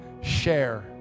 share